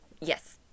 Yes